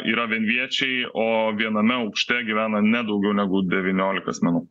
yra vienviečiai o viename aukšte gyvena ne daugiau negu devyniolika asmenų